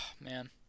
man